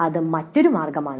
അത് മറ്റൊരു മാർഗ്ഗമാണ്